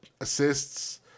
assists